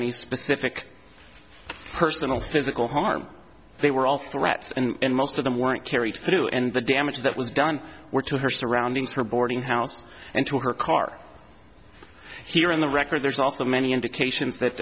any specific personal physical harm they were all threats and most of them weren't carried through and the damage that was done were to her surroundings her boarding house and to her car here on the record there's also many indication